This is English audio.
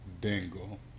Dingle